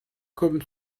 comme